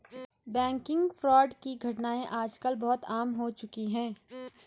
banking fraud की घटनाएं आज कल बहुत आम हो चुकी है